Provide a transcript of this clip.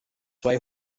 zwei